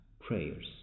prayers